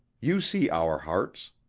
you see our hearts.